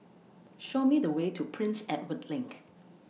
Show Me The Way to Prince Edward LINK